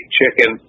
chicken